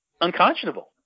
unconscionable